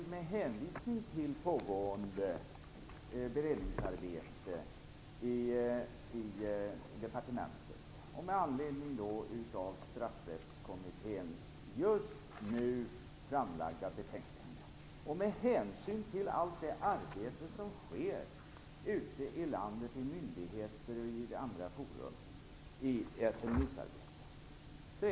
Jag har hänvisat till pågående beredningsarbete i departementet med anledning av Straffsystemkommitténs just framlagda betänkande och till allt det remissarbete som nu sker i myndigheter och andra forum ute i landet.